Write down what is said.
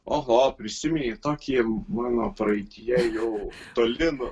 oho prisiminei tokį mano praeityje jau toli